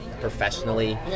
professionally